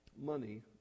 money